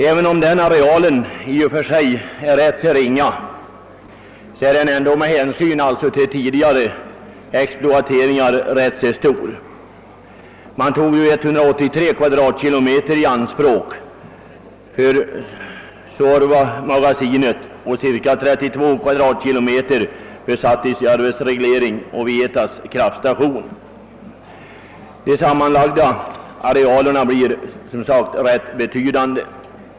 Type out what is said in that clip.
Även om den arealen i och för sig är rätt ringa, är den ändå med hänsyn till tidigare exploateringar ganska stor. Man tog 183 kvadratkilometer i anspråk för Suorvamagasinet och cirka 32 kvadratkilometer för Satisjaures reglering och Vietas kraftstation. De sammanlagda arealerna blir alltså rätt betydande.